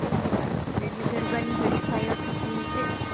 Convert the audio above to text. બરાબર એટલે ગરબાની હરિફાઈઓ થતી હશે ને